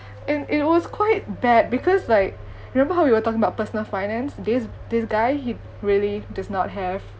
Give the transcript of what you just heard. and it was quite bad because like remember how we were talking about personal finance this this guy he really does not have